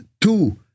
two